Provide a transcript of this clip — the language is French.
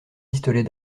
pistolets